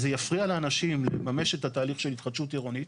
זה יפריע לאנשים לממש את התהליך של התחדשות עירונית.